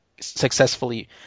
successfully